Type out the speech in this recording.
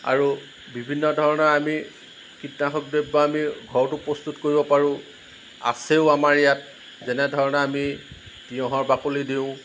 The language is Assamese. আৰু বিভিন্ন ধৰণৰ আমি কীটনাশক দ্ৰব্য় আমি ঘৰতো প্ৰস্তুত কৰিব পাৰোঁ আছেও আমাৰ ইয়াত যেনে ধৰণে আমি তিয়ঁহৰ বাকলি দিওঁ